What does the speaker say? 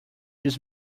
his